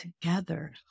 together